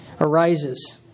arises